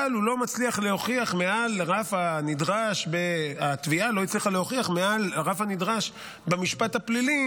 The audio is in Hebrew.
אבל התביעה לא הצליחה להוכיח מעל לרף הנדרש במשפט הפלילי